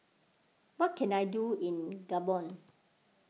what can I do in Gabon